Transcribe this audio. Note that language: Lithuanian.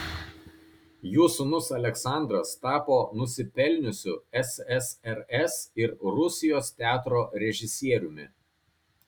jo sūnus aleksandras tapo nusipelniusiu ssrs ir rusijos teatro režisieriumi